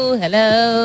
hello